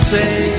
Say